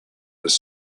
this